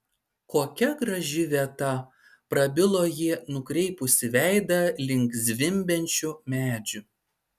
kokia graži vieta prabilo ji nukreipusi veidą link zvimbiančių medžių